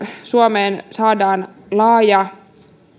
suomeen saadaan laaja